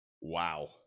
Wow